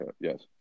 yes